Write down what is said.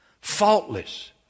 faultless